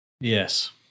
Yes